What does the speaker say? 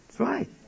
right